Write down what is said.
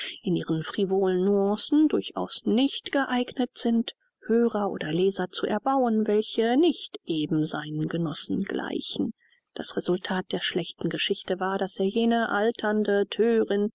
in ihren frivolen nüancen durchaus nicht geeignet sind hörer oder leser zu erbauen welche nicht eben seinen genossen gleichen das resultat der schlechten geschichte war daß er jene alternde thörin